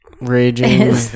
Raging